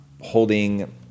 holding